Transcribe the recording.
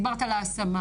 דיברת על ההשמה.